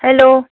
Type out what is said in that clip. hello